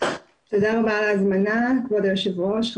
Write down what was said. כבוד היושבת ראש, תודה רבה על ההזמנה.